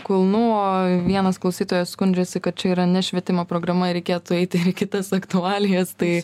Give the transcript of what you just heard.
kulnų o vienas klausytojas skundžiasi kad čia yra ne švietimo programa ir reikėtų eiti ir į kitas aktualijas tai